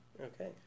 Okay